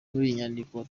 nyandiko